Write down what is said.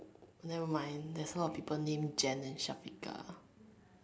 nevermind there's a lot of people named Jen and Syafiqah